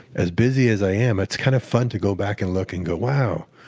as busy as i am, it's kind of fun to go back and look and go wow,